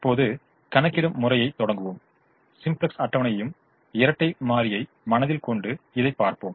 இப்போது கணக்கிடும் முறையை தொடங்குவோம் சிம்ப்ளக்ஸ் அட்டவணையையும் இரட்டை மாறியை மனதில் கொண்டு இதை பார்ப்போம்